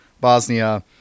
Bosnia